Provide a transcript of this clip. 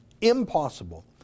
impossible